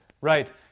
Right